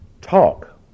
talk